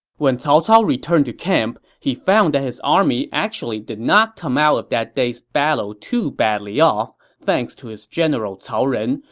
when cao cao returned to camp, he found that his army actually did not come out of that day's battle too badly off, thanks to his general cao ren,